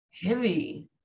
heavy